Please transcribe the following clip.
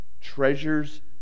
treasures